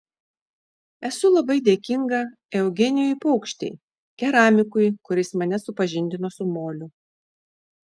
esu labai dėkinga eugenijui paukštei keramikui kuris mane supažindino su moliu